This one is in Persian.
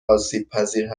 آسیبپذیر